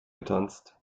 getanzt